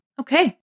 Okay